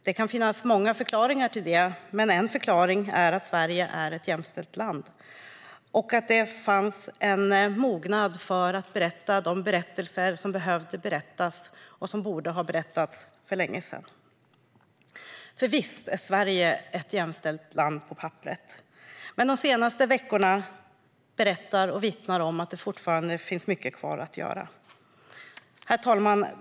Det kan finnas många förklaringar till det, men en förklaring är att Sverige är ett jämställt land och att det fanns en mognad för att berätta de berättelser som behövde berättas och som borde ha berättats för länge sedan. För visst är Sverige ett jämställt land på papperet, men de senaste veckorna berättar och vittnar om att det fortfarande finns mycket kvar att göra. Herr talman!